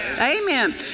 Amen